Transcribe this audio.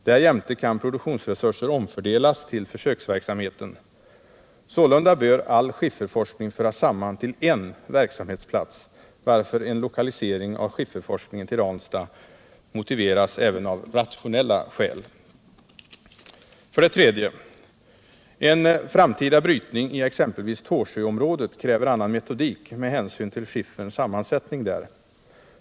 Därjämte kan produktionsresurser omfördelas till försöksverksamheten. Sålunda bör all skifferforskning föras samman till en verksamhetsplats, varför en lokalisering av skifferforskningen till Ranstad motiveras även av rationella skäl. 3. En framtida brytning i exempelvis Tåsjöområdet kräver annan metodik med hänsyn till skifferns sammansättning där.